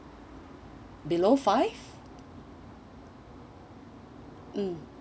below five mm